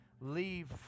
leave